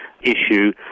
issue